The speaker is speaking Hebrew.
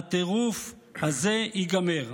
הטירוף הזה ייגמר.